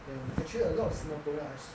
and actually a lot of singaporean